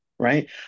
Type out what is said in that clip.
Right